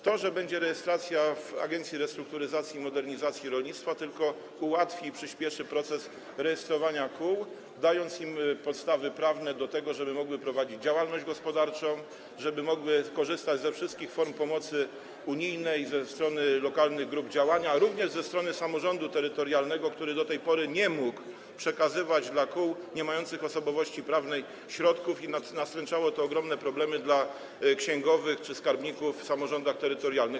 To, że rejestracja będzie prowadzona przez Agencję Restrukturyzacji i Modernizacji Rolnictwa, tylko ułatwi i przyspieszy proces rejestrowania kół, dając im podstawy prawne do tego, żeby mogły prowadzić działalność gospodarczą, żeby mogły korzystać ze wszystkich form pomocy unijnej ze strony lokalnych grup działania, jak również ze strony samorządu terytorialnego, który do tej pory nie mógł przekazywać kołom niemającym osobowości prawnej środków, co nastręczało ogromne problemy księgowym czy skarbnikom w samorządach terytorialnych.